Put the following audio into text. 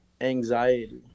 anxiety